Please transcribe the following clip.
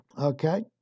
Okay